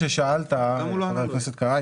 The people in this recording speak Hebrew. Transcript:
בוא תגיד לנו.